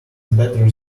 better